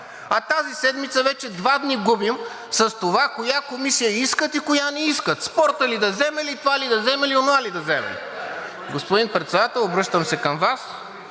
А тази седмица вече два дни губим с това коя комисия искат и коя не искат – Спорта ли да вземели, това ли да вземели, онова ли да вземели. Господин Председател, обръщам се към Вас,